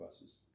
buses